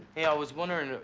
hey, i was wonderin',